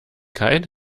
kein